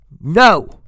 No